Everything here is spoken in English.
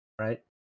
right